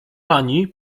pani